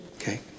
okay